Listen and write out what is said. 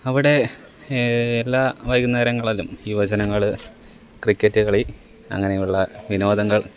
അവിടെ എല്ലാ വൈകുന്നേരങ്ങളിലും യുവജനങ്ങൾ ക്രിക്കറ്റ് കളി അങ്ങനെയുള്ള വിനോദങ്ങൾ